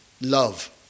love